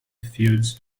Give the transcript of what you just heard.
fields